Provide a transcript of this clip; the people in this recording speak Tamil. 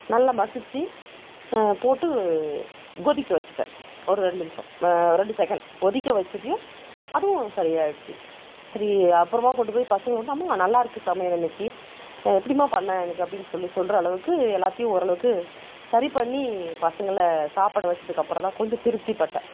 நல்லா மசிச்சு போட்டு கொதிக்க வச்சுட்டேன் ஒரு ரெண்டு நிமிஷம் ரெண்டு செகண்ட் கொதிக்க வைச்சதையும் அதுவும் சரியாகிடுச்சி சரி அப்புறமா கொண்டு போய் பசங்கள் கொடுத்தா அம்மா நல்லாயிருக்கு சமையல் இன்னிக்கி எப்படிம்மா பண்ண இன்னிக்கி அப்படின்னு சொல்லி சொல்கிற அளவுக்கு எல்லாத்தையும் ஓரளவுக்கு சரி பண்ணி பசங்களை சாப்பிட வைச்சதுக்கு அப்புறம் தான் கொஞ்சம் திருப்திப்பட்டேன்